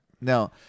No